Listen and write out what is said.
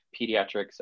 pediatrics